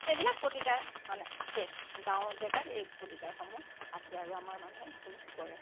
এইবিলাক প্ৰতিকাৰ মানে আছে গাঁৱৰ জেগাত এই প্ৰতিকাৰসমূহ আছে আৰু আমাৰ মানুহে সেইখিনি কৰে